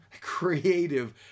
creative